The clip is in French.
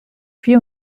puis